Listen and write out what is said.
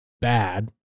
bad